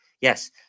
Yes